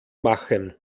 machen